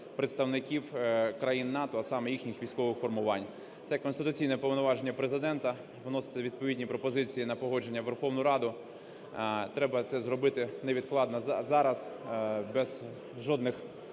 представників країн НАТО, а саме їхніх військових формувань. Це конституційне повноваження Президента - вносити відповідні пропозиції на погодження у Верховну Раду. Треба це зробити невідкладно зараз, без жодних